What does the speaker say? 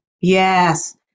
yes